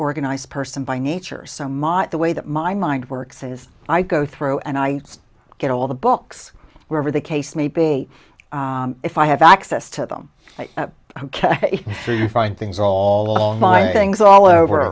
organized person by nature so mot the way that my mind works as i go through and i get all the books wherever the case may be if i have access to them find things all my things all over